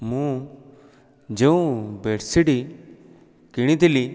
ମୁଁ ଯେଉଁ ବେଡ଼ସିଟ କିଣିଥିଲି